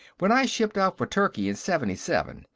when i shipped out for turkey in seventy seven,